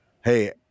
hey